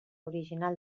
original